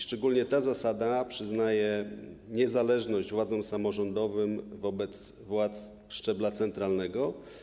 Szczególnie ta zasada przyznaje niezależność władzom samorządowym wobec władz szczebla centralnego.